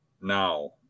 now